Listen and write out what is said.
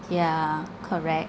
yeah correct